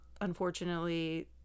unfortunately